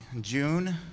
June